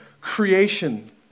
creation